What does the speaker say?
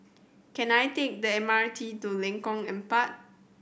can I take the M R T to Lengkong Empat